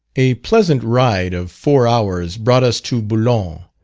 a pleasant ride of four hours brought us to boulogne,